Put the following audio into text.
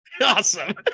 awesome